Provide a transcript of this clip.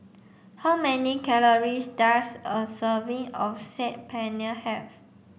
how many calories does a serving of Saag Paneer have